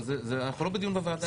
אבל אנחנו לא בדיון בוועדה.